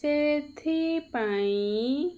ସେଥିପାଇଁ